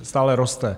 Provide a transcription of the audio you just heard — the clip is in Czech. Stále roste.